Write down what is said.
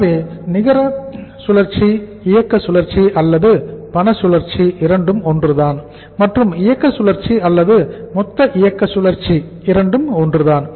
எனவே நிகர இயக்க சுழற்சி அல்லது பண சுழற்சி இரண்டும் ஒன்றுதான் மற்றும் இயக்க சுழற்சி அல்லது மொத்த இயக்க சுழற்சி இரண்டும் ஒன்றுதான்